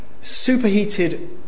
superheated